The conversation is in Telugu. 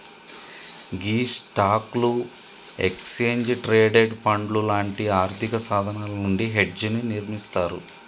గీ స్టాక్లు, ఎక్స్చేంజ్ ట్రేడెడ్ పండ్లు లాంటి ఆర్థిక సాధనాలు నుండి హెడ్జ్ ని నిర్మిస్తారు